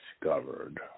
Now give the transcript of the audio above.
discovered